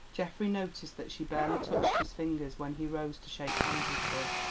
geoffrey noticed that she barely touched his fingers when he rose to shake hands with her,